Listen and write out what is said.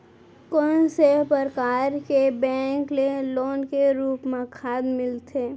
कोन से परकार के बैंक ले लोन के रूप मा खाद मिलथे?